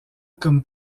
comme